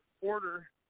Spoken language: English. order